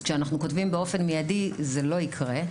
אז כשאנחנו כותבים "באופן מיידי" זה לא יקרה.